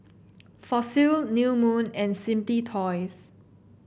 Fossil New Moon and Simply Toys